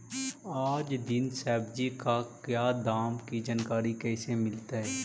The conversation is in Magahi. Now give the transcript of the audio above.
आज दीन सब्जी का क्या दाम की जानकारी कैसे मीलतय?